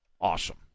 Awesome